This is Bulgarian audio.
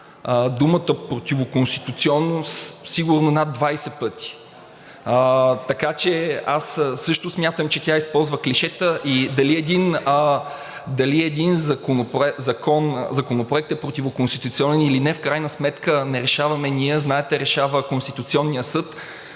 думата „противоконституционност“ сигурно над 20 пъти. Така че аз също смятам, че тя използва клишета. И дали един законопроект е противоконституционен или не, в крайна сметка не решаваме ние. Знаете, решава Конституционният съд.